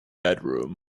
bedroom